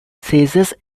caesars